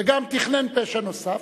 וגם תכנן פשע נוסף,